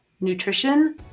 Nutrition